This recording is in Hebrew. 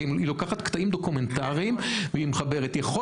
כי היא לוקחת קטעים דוקומנטריים ומחברת יכול